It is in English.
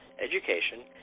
education